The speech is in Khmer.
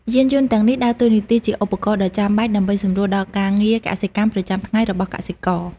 យានយន្តទាំងនេះដើរតួនាទីជាឧបករណ៍ដ៏ចាំបាច់ ដើម្បីសម្រួលដល់ការងារកសិកម្មប្រចាំថ្ងៃរបស់កសិករ។